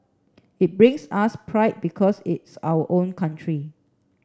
it brings us pride because it's our own country